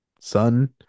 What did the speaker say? son